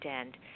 end